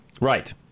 Right